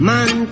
Man